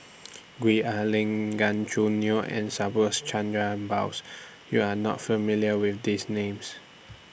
Gwee Ah Leng Gan Choo Neo and Subhas Chandra Bose YOU Are not familiar with These Names